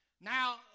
Now